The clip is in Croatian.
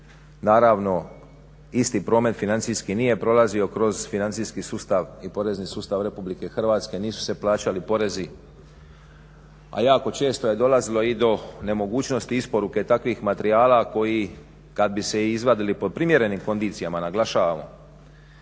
naravno isti promet financijski nije prolazio kroz financijski sustav i porezni sustav RH, nisu se plaćali porezi a jako često je dolazilo i do nemogućnosti isporuke takvih materijala koji kad bi se izvadili po primjerenim kondicijama naglašavam